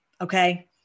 Okay